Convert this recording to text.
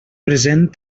present